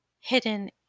hidden